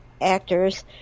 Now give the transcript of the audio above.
actors